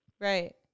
right